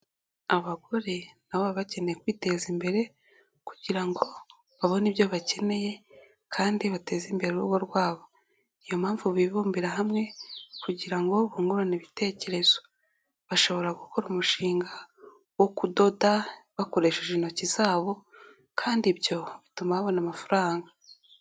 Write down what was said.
Abagore nabo bakeneye kwiteza imbere kugira ngo babone ibyo bakeneye kandi bateze imbere urugo rwabo, niyo mpamvu bibumbira hamwe, kugira ngo bungurane ibitekerezo bashobora gukora umushinga wo kudoda bakoresheje intoki zabo, kandi ibyo bituma babona amafaranga.